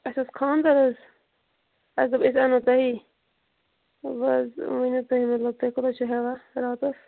اَسہِ اوس خانٛدَر حظ اَسہِ دوٚپ أسۍ اَنَو تۄہی وٕ حظ ؤنیو تُہۍ مطلب تُہۍ کوٗتاہ چھُو ہٮ۪وان راتَس